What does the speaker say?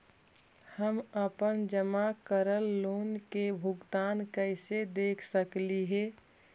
हम अपन जमा करल लोन के भुगतान कैसे देख सकली हे?